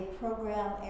program